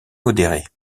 modérées